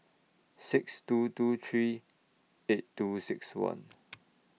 six two two three eight two six one